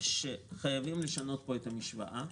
שחייבים לשנות פה את המשוואה,